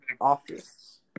office